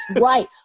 right